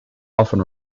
often